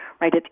right